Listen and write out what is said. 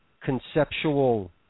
conceptual